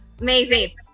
Amazing